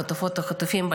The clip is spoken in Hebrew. החטופות והחטופים,